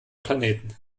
planeten